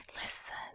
Listen